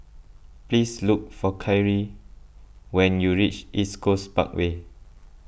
please look for Kyrie when you reach East Coast Parkway